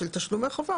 של תשלומי חובה,